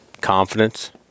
confidence –